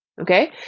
okay